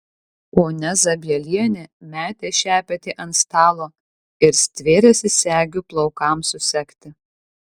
ponia zabielienė metė šepetį ant stalo ir stvėrėsi segių plaukams susegti